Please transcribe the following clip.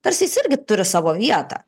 tarsi jis irgi turi savo vietą